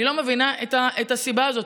אני לא מבינה את הסיבה לכך.